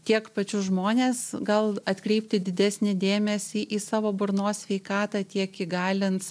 tiek pačius žmones gal atkreipti didesnį dėmesį į savo burnos sveikatą tiek įgalins